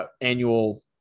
Annual